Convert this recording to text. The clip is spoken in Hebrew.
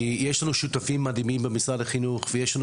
כי יש לנו שותפים מדהימים משרד החינוך ויש לנו